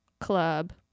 club